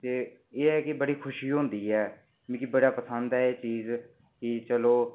ते एह् ऐ की बड़ी खुशी होंदी ऐ मिगी बड़ा पसंद ऐ एह् चीज की चलो